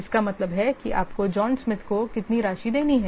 इसका मतलब है कि आपको जॉन स्मिथ को कितनी राशि देनी है